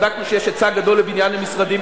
בדקנו שיש היצע גדול לבניין למשרדים,